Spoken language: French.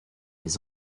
les